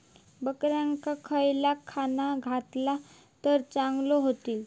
बकऱ्यांका खयला खाणा घातला तर चांगल्यो व्हतील?